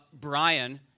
Brian